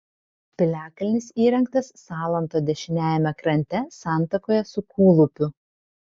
piliakalnis įrengtas salanto dešiniajame krante santakoje su kūlupiu